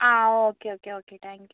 ആ okay okay okay thank you